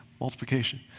Multiplication